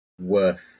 worth